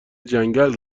جنگلی